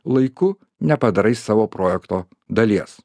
laiku nepadarai savo projekto dalies